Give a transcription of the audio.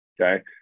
okay